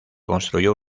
construyó